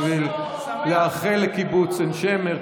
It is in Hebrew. בשביל לאחל לקיבוץ עין שמר,